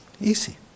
Easy